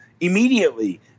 immediately